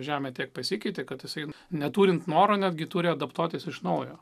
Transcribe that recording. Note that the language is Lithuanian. žemė tiek pasikeitė kad jisai neturint noro netgi turi adaptuotis iš naujo